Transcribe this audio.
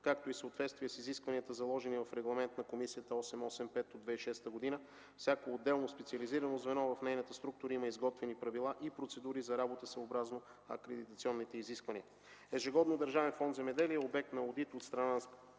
както и в съответствие с изискванията, заложени в Регламент № 885 от 2006 г. на Комисията. Всяко отделно специализирано звено в нейната структура има изготвени правила и процедури за работа, съобразно акредитационните изисквания. Ежегодно Държавен фонд „Земеделие” е обект на одит от страна